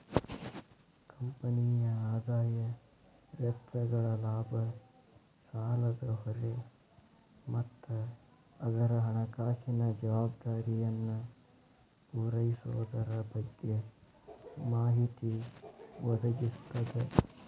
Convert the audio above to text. ಕಂಪನಿಯ ಆದಾಯ ವೆಚ್ಚಗಳ ಲಾಭ ಸಾಲದ ಹೊರೆ ಮತ್ತ ಅದರ ಹಣಕಾಸಿನ ಜವಾಬ್ದಾರಿಯನ್ನ ಪೂರೈಸೊದರ ಬಗ್ಗೆ ಮಾಹಿತಿ ಒದಗಿಸ್ತದ